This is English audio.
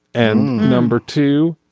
and number two,